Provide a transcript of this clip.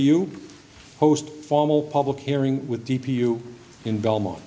you host formal public hearing with d p you in belmo